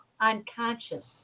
Unconscious